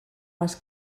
les